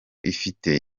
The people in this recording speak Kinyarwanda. ifite